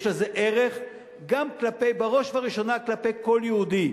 יש לזה ערך גם כלפי, בראש ובראשונה כלפי כל יהודי.